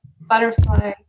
Butterfly